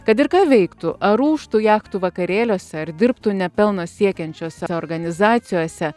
kad ir ką veiktų ar ūžtų jachtų vakarėliuose ar dirbtų ne pelno siekiančiose organizacijose